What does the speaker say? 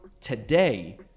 today